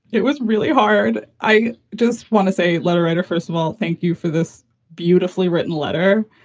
it was really hard. i just want to say. letter writer, first of all, thank you for this beautifully written letter.